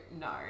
no